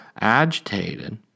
agitated